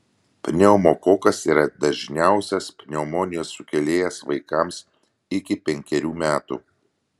pneumokokas yra dažniausias pneumonijos sukėlėjas vaikams iki penkerių metų